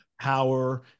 power